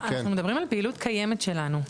אנחנו מדברים על פעילות קיימת שלנו.